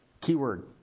keyword